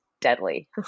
deadly